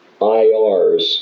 IRs